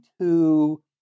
two